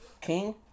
King